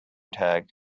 tag